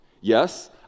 yes